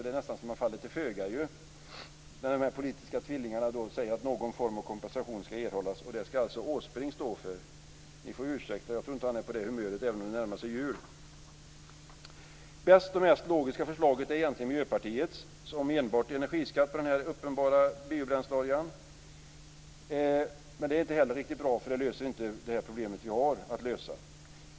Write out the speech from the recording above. Det är nästan så att man faller till föga när dessa politiska tvillingar säger att någon form av kompensation skall erhållas. Den skall alltså Åsbrink stå för. Ni får ursäkta, men jag tror inte att han är på det humöret, även om det närmar sig jul. Det bästa och mest logiska förslaget är egentligen Miljöpartiets förslag om enbart energiskatt på denna uppenbara biobränsleolja. Men det är inte heller riktigt bra, för det löser inte det problem som vi har att lösa.